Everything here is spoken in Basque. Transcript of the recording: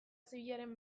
zibilaren